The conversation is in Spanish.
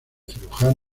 cirujanos